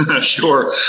Sure